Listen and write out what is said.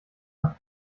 nach